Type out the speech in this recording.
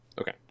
Okay